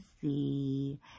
see